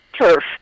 turf